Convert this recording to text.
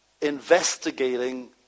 investigating